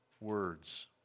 words